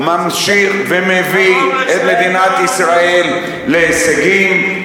שמביא את מדינת ישראל להישגים,